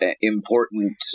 important